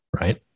right